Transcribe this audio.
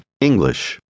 English